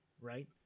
Right